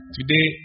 Today